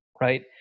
right